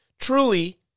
truly